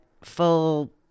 full